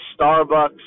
Starbucks